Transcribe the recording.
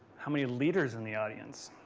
how many leaders in the audience?